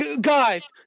guys